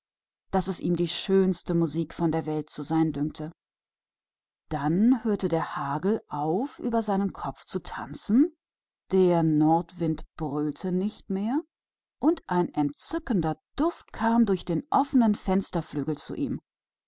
daß es ihm wie die schönste musik der welt vorkam da hörte der hagel auf über seinem kopf zu tanzen und der nordwind zu blasen und ein köstlicher duft kam zu ihm